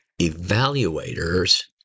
evaluator's